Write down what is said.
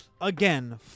again